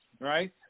right